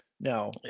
Now